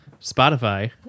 Spotify